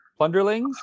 Plunderlings